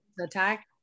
attack